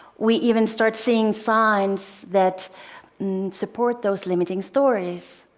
we even start seeing signs that support those limiting stories,